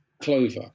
Clover